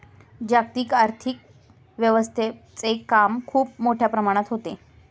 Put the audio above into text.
जागतिक आर्थिक व्यवस्थेचे काम खूप मोठ्या प्रमाणात होते